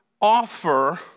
offer